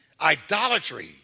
idolatry